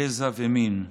גזע ומין,